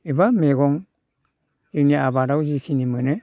एबा मैगं जोंनि आबादाव जेखिनि मोनो